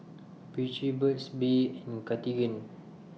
Vichy Burt's Bee and Cartigain